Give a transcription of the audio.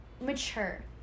mature